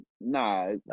Nah